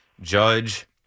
Judge